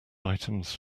items